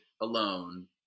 alone